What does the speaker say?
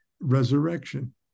resurrection